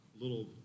little